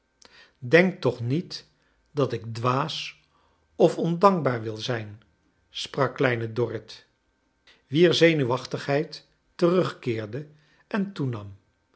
denk toch niet dat ik dwaas of ondankbaar wil zijn sprak kleine dorrit wier zenuwachtigheid terugkeerde en toenam